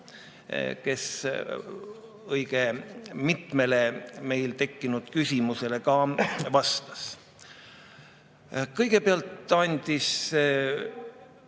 kes õige mitmele meil tekkinud küsimusele ka vastas. Kõigepealt andis